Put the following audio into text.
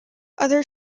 other